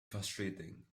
frustrating